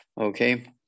Okay